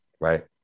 Right